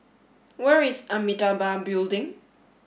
where is Amitabha Building